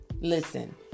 listen